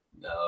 No